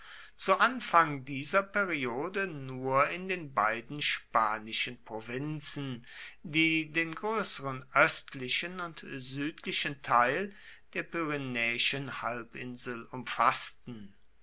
zu anfang dieser periode nur in den beiden spanischen provinzen die den größeren östlichen und südlichen teil der pyrenäischen halbinsel umfaßten